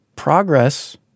Progress